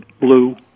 blue